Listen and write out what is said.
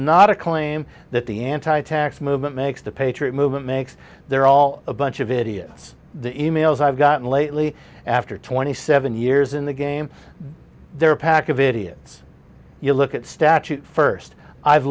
not a claim that the anti tax movement makes the patriot movement makes they're all a bunch of idiots the emails i've gotten lately after twenty seven years in the game they're a pack of idiots you look at statute first i've